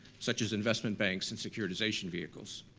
such as investment banks and securitization vehicles.